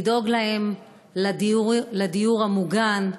לדאוג להם לדיור המוגן,